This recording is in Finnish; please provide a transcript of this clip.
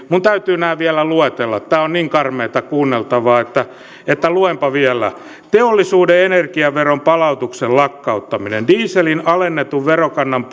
minun täytyy nämä vielä luetella tämä on niin karmeaa kuunneltavaa että että luenpa vielä teollisuuden energiaveron palautuksen lakkauttaminen dieselin alennetun verokannan